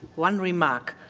one remark.